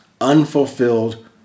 unfulfilled